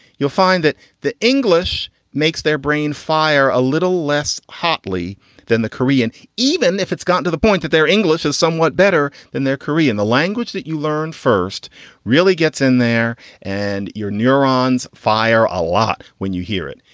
you'll find that the english makes their brain fire a little less hotly than the korean. even if it's got to the point that their english is somewhat better than their korean, the language that you learn first really gets in there and your neurons fire a lot. when you hear it,